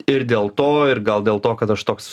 ir dėl to ir gal dėl to kad aš toks